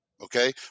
okay